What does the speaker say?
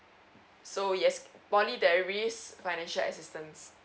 so yes poly that raise financial assistance